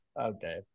Okay